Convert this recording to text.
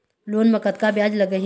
Loan म कतका ब्याज लगही?